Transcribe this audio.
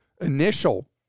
initial